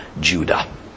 Judah